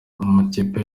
amakipe